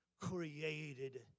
created